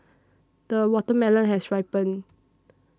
the watermelon has ripened